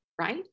right